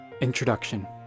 Introduction